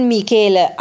Michele